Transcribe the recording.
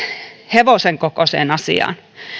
hevosen kokoiseen asiaan